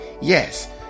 Yes